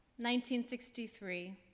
1963